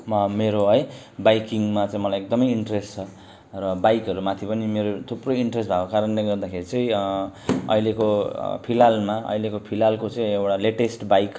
म मेरो है बाइकिङमा चाहिँ मलाई एकदमै इन्ट्रेस्ट छ र बाइकहरू माथि पनि मेरो थुप्रो इन्ट्रेस्ट भएको कारणले गर्दाखेरि चाहिँ अहिलेको फिलहालमा अहिलेको फिलहालको चाहिँ एउटा लेटेस्ट बाइक